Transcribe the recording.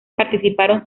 participaron